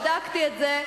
בדקתי את זה.